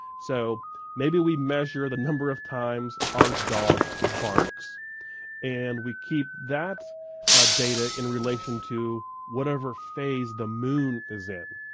so maybe we measure the number of times our dog barks and we keep that data in relation to whatever phase the moon is in.